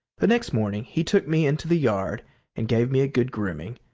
the next morning he took me into the yard and gave me a good grooming,